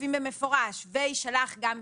כותבים במפורש שיישלח גם במסרון.